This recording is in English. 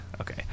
okay